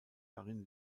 darin